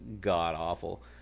god-awful